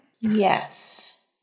Yes